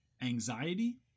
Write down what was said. anxiety